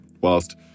whilst